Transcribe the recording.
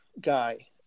guy